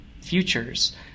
futures